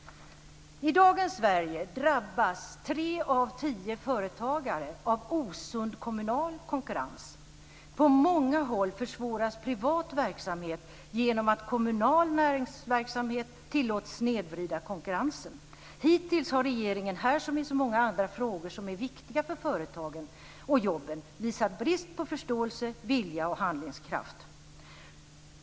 I dagens Sverige drabbas tre av tio företagare av osund kommunal konkurrens. På många håll försvåras privat verksamhet genom att kommunal näringsverksamhet tillåts snedvrida konkurrensen. Hittills har regeringen, här som i så många andra frågor som är viktiga för företagen och jobben, visat brist på förståelse, vilja och handlingskraft.